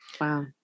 Wow